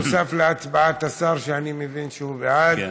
נוסף על הצבעת השר, שאני מבין שהוא בעד.